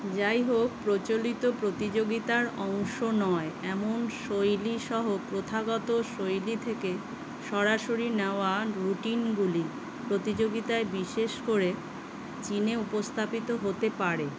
যাই হোক প্রচলিত প্রতিযোগিতার অংশ নয় এমন শৈলীসহ প্রথাগত শৈলী থেকে সরাসরি নেওয়া রুটিনগুলি প্রতিযোগিতায় বিশেষ করে চিনে উপস্থাপিত হতে পারে